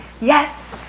yes